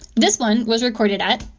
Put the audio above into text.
this one was recorded at.